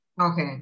Okay